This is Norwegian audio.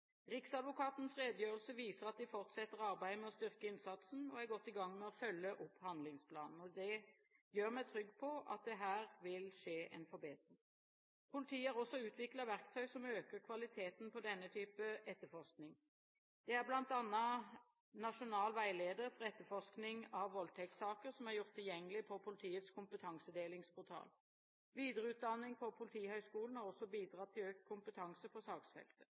Riksadvokatens redegjørelse viser at den fortsetter arbeidet med å styrke innsatsen, og er godt i gang med å følge opp handlingsplanen. Det gjør meg trygg på at det her vil skje en forbedring. Politiet har også utviklet verktøy som øker kvaliteten på denne type etterforsking, bl.a. en nasjonal veileder for etterforsking av voldtektssaker, som er gjort tilgjengelig på politiets kompetansedelingsportal. Videreutdanning på Politihøgskolen har også bidratt til økt kompetanse på saksfeltet.